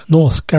North